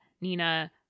Nina